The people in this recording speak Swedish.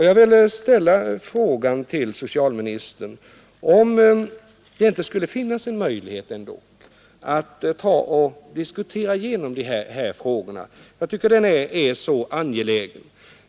Jag vill ställa frågan till socialministern om det ändå inte skulle finnas en möjlighet att diskutera igenom de här frågorna, som jag tycker är mycket angelägna.